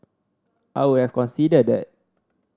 I would have considered that